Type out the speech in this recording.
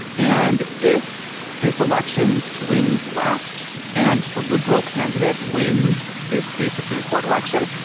and if this election swings left and the liberal candidate wins this state supreme court election,